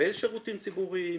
תקבל שירותים ציבוריים,